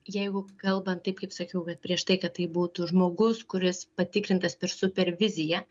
jeigu kalbant taip kaip sakiau kad prieš tai kad tai būtų žmogus kuris patikrintas per superviziją